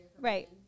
Right